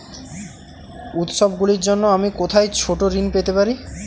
উত্সবগুলির জন্য আমি কোথায় ছোট ঋণ পেতে পারি?